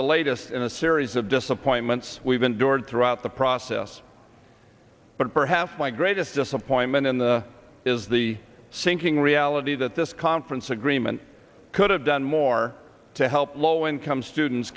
the latest in a series of disappointments we've endured throughout the process but perhaps my greatest disappointment in the is the sinking reality that this conference agreement could have done more to help low income students